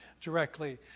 directly